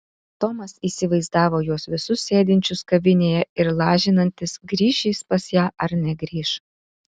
tomas įsivaizdavo juos visus sėdinčius kavinėje ir lažinantis grįš jis pas ją ar negrįš